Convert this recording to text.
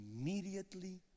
immediately